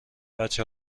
بچه